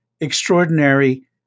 extraordinary